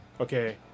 Okay